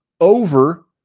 over